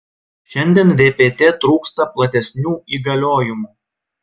šiandien vpt trūksta platesnių įgaliojimų